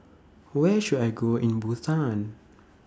Where should I Go in Bhutan